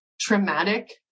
traumatic